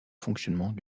fonctionnement